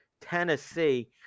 Tennessee